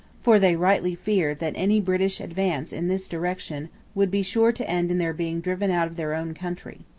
for they rightly feared that any british advance in this direction would be sure to end in their being driven out of their own country.